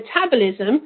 metabolism